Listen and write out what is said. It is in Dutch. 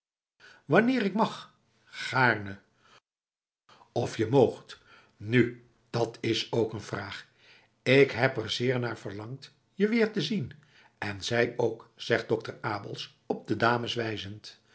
wanneer ik mag gaarne of je moogt nu dat is ook een vraag ik heb er zeer naar verlangd je weer te zien en zij ook zegt dokter abels op de dames wijzend